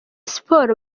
siporo